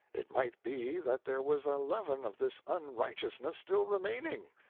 it might be that there was a leaven of this unrighteousness still remaining.